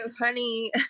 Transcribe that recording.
honey